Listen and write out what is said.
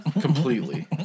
completely